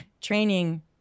training